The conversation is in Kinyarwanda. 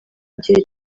igihe